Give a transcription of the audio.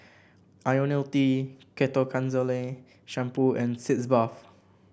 IoniL T Ketoconazole Shampoo and Sitz Bath